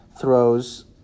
throws